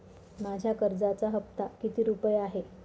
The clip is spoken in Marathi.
माझ्या कर्जाचा हफ्ता किती रुपये आहे?